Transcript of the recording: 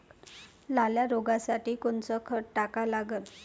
लाल्या रोगासाठी कोनचं खत टाका लागन?